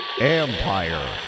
Empire